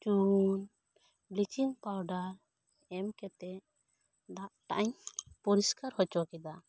ᱪᱩᱱ bleaching powder ᱮᱢ ᱠᱟᱛᱮ ᱫᱟᱜ ᱴᱮᱱᱠ ᱯᱚᱨᱤᱥᱠᱟᱨ ᱦᱚᱪᱚ ᱠᱮᱫᱟ